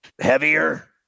heavier